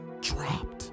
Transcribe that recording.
dropped